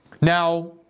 Now